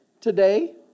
today